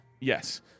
Yes